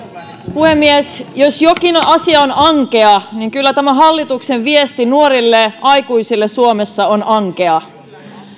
puhemies jos jokin asia on ankea niin kyllä tämä hallituksen viesti nuorille aikuisille suomessa on ankea